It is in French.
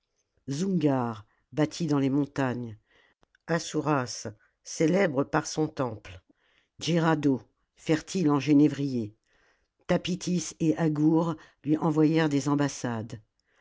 dans les montagnes assouras célèbre par son temple djeraado fertile en genévriers thapitis et hagour lui envoyèrent des ambassades